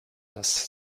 das